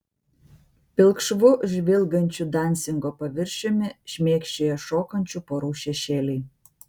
pilkšvu žvilgančiu dansingo paviršiumi šmėkščioja šokančių porų šešėliai